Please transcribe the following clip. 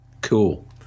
Cool